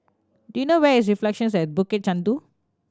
do you know where is Reflections at Bukit Chandu